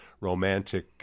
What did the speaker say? romantic